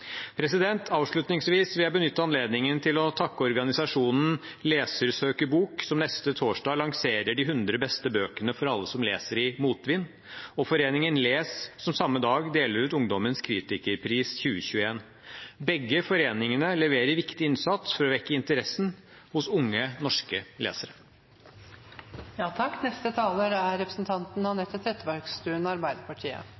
Avslutningsvis vil jeg benytte anledningen til å takke organisasjonen Leser søker bok, som neste torsdag lanserer de hundre beste bøkene for alle som leser i motvind, og Foreningen !les, som samme dag deler ut Ungdommens kritikerpris 2021. Begge foreningene leverer viktig innsats for å vekke interessen hos unge norske